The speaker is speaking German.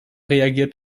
reagiert